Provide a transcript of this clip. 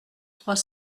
trois